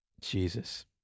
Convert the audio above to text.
Jesus